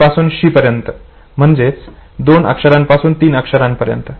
he पासून she पर्यंत म्हणजेच दोन अक्षरापासून तीन अक्षरापर्यंत